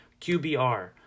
QBR